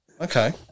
Okay